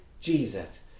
Jesus